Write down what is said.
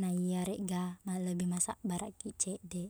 naiyaregga malebbi masabbaraqkiq ceddeq